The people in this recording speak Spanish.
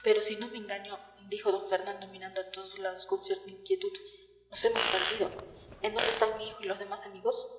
pero si no me engaño dijo d fernando mirando a todos lados con cierta inquietud nos hemos perdido en dónde están mi hijo y los demás amigos